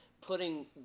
putting